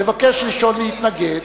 לבקש ראשון להתנגד,